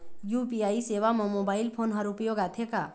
UPI सेवा म mobile phone हर उपयोग आथे का?